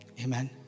Amen